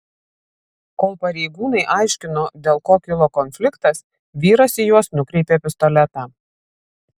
kol pareigūnai aiškino dėl ko kilo konfliktas vyras į juos nukreipė pistoletą